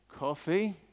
Coffee